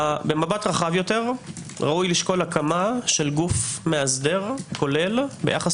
במבט רחב יותר ראוי לשקול הקמת גוף מאסדר כולל ביחס